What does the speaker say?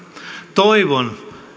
toivon